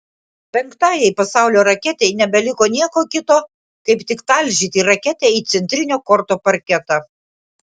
penktajai pasaulio raketei neliko nieko kito kaip tik talžyti raketę į centrinio korto parketą